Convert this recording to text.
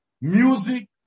music